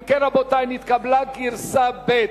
אם כן, התקבלה גרסה ב'.